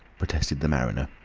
protested the mariner.